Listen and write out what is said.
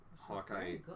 Hawkeye